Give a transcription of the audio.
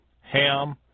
Ham